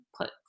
put